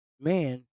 man